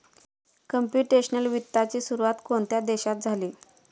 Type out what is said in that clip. Computational वित्ताची सुरुवात कोणत्या देशात झाली?